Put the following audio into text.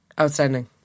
outstanding